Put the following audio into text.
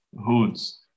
hoods